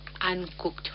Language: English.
uncooked